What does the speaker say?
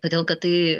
todėl kad tai